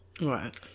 Right